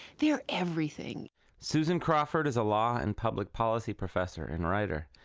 they are everything susan crawford is a law and public policy professor and writer,